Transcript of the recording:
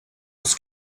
was